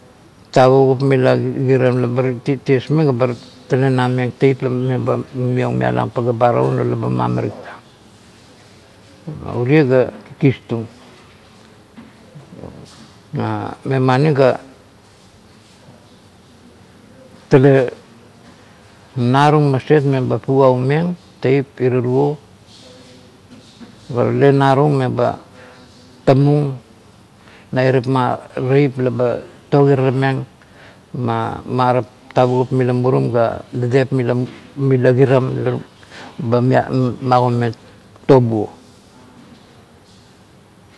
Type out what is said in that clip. Tevagup mila kiram labar tie-ties meng lebar talenameng teip leba mumiong mialang pagap ba taun leba ba taun leba marariktang, urie ga kikistung "huh" memani ga tale narung maset meba fugaumeng teip irarun, ga tale narung meba tamung na irapma tiep laba togirarameng ma marap tavugup milamurum ga dadep mila-mila kiram leba magomeng tobuo.